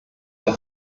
der